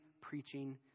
preaching